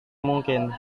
mungkin